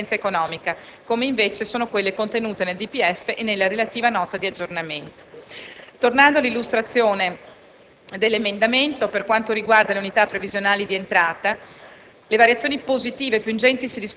competenza giuridica e cassa - e non di competenza economica, come invece quelle contenute nel DPEF e nella relativa Nota di aggiornamento. Tornando all'illustrazione dell'emendamento, per quanto riguarda le unità previsionali di entrata